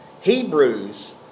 Hebrews